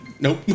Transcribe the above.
Nope